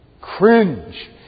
cringe